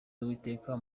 y’uwiteka